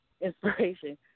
inspiration